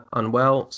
unwell